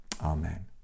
Amen